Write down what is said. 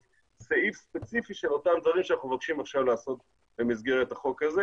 סעיף ספציפי של אותם דברים שאנחנו מבקשים עכשיו לעשות במסגרת החוק הזה